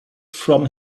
from